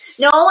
No